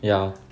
ya